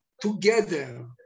together